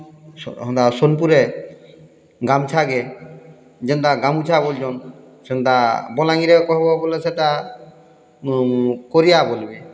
ସୋନ୍ପୁରେ ଗାମ୍ଛାକେ ଯେନ୍ତା ଗାମୁଛା ବଲୁଛନ୍ ସେନ୍ତା ବଲାଙ୍ଗିର୍ରେ କହେବ ବଏଲେ ସେଟା କରିଆ ବଲ୍ବେ